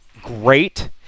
great